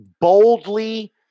boldly